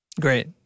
Great